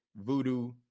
Voodoo